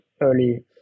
early